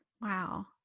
Wow